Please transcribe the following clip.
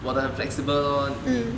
我的很 flexible lor